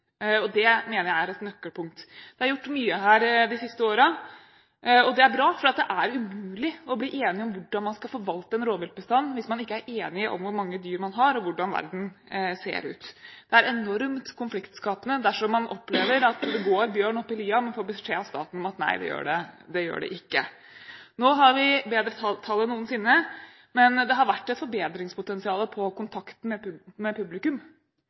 og det mener jeg er et nøkkelpunkt. Det er gjort mye her de siste årene, og det er bra, for det er umulig å bli enig om hvordan man skal forvalte en rovdyrbestand hvis man ikke er enig om hvor mange dyr man har, og om hvordan verden ser ut. Det er enormt konfliktskapende dersom man opplever at det går bjørn oppe i lia, men får beskjed av staten om at nei, det gjør det ikke. Nå har vi bedre tall enn noensinne, men det har vært et forbedringspotensial med hensyn til kontakt med publikum,